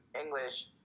English